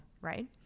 right